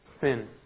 sin